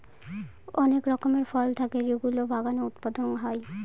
অনেক রকমের ফল থাকে যেগুলো বাগানে উৎপাদন করা হয়